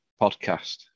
podcast